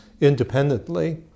independently